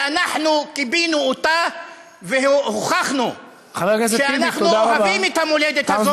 ואנחנו כיבינו אותה והוכחנו שאנחנו אוהבים את המולדת הזאת,